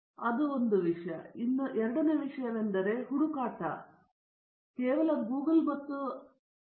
ವಿಶ್ವನಾಥನ್ ಅದು ಒಂದು ವಿಷಯ ಎರಡನೆಯ ವಿಷಯವೆಂದರೆ ಹುಡುಕಾಟ ಸಾಧನದಂತೆಯೇ